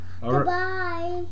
goodbye